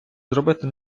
зробити